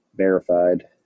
verified